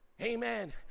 amen